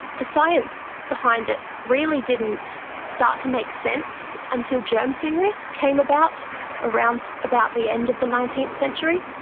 the science behind it really didn't start to make sense until germ theory came about around about the end of the nineteenth century.